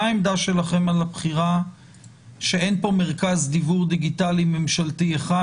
מה העמדה שלכם על הבחירה שאין פה מרכז דיוור דיגיטלי ממשלתי אחד